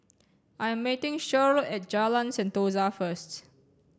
I'm meeting Shirl at Jalan Sentosa first